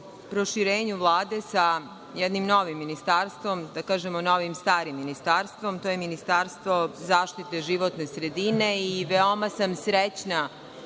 proširenju Vlade, sa jednim novim ministarstvom, da kažemo novim starim ministarstvom. To je Ministarstvo zaštite životne sredine, i veoma sam srećna